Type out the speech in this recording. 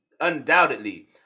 undoubtedly